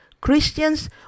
Christians